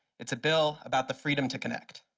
it's a bill about the freedom to connect.